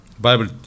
Bible